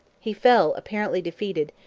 he fell, apparently defeated,